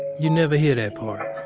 you never hear that part.